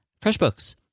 FreshBooks